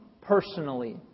personally